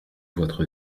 votre